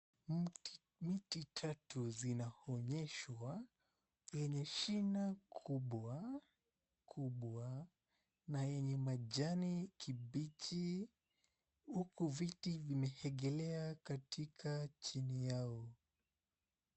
Miti tatu zinaonyeshwa yenye shina kubwa kubwa na yenye majani kibichi huku viti vimeegelea katika chini yao.